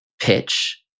pitch